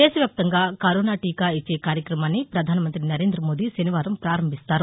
దేశవ్యాప్తంగా కరోనా టీకా ఇచ్చే కార్యక్రమాన్ని ప్రధానమంతి సరేంద్ర మోదీ శనివారం పారంభిస్తారు